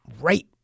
right